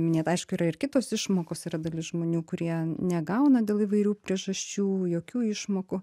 minėt aišku yra ir kitos išmokos yra dalis žmonių kurie negauna dėl įvairių priežasčių jokių išmokų